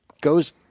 goes